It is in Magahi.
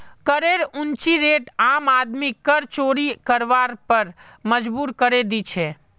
करेर ऊँची रेट आम आदमीक कर चोरी करवार पर मजबूर करे दी छे